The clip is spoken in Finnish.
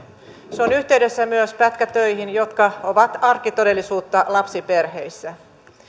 se on yhteydessä myös pätkätöihin jotka ovat arkitodellisuutta lapsiperheissä